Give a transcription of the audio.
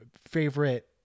favorite